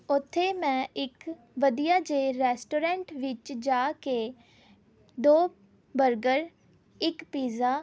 ਉੱਥੇ ਮੈਂ ਇੱਕ ਵਧੀਆ ਜਿਹੇ ਰੈਸਟੋਰੈਂਟ ਵਿੱਚ ਜਾ ਕੇ ਦੋ ਬਰਗਰ ਇੱਕ ਪੀਜ਼ਾ